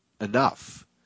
enough